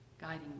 guiding